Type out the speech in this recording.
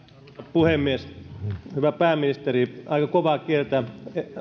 puhemies hyvä pääministeri aika kovaa kieltä